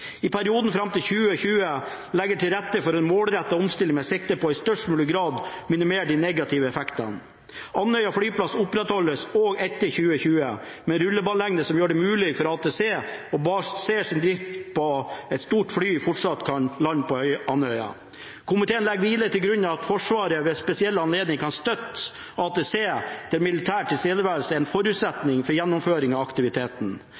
perioden frem til 2020 legger til rette for en målrettet omstilling med sikte på i størst mulig grad å minimere de negative effektene» «Andøya flyplass opprettholdes også etter 2020, med en rullebanelengde som gjør det mulig for ATC å basere sin drift på at store fly fortsatt kan lande på Andøya. Komiteen legger videre til grunn at Forsvaret ved spesielle anledninger kan støtte ATC der militær tilstedeværelse er en forutsetning for gjennomføring av aktiviteten»